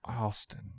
Austin